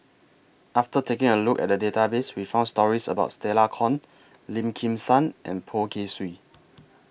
after taking A Look At The Database We found stories about Stella Kon Lim Kim San and Poh Kay Swee